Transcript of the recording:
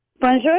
Bonjour